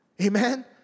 Amen